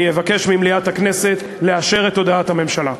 אני אבקש ממליאת הכנסת לאשר את הודעת הממשלה.